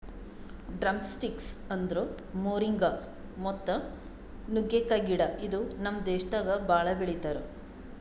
drumsticks ಅಂದುರ್ moringa ಮತ್ತ ನುಗ್ಗೆಕಾಯಿ ಗಿಡ ಇದು ನಮ್ ದೇಶದಾಗ್ ಭಾಳ ಬೆಳಿತಾರ್